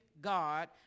God